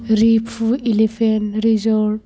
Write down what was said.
रिफु elephant resort